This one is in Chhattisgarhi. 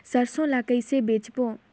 सरसो ला कइसे बेचबो?